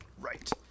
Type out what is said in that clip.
Right